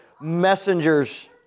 messengers